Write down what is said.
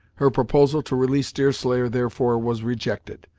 her proposal to release deerslayer, therefore, was rejected,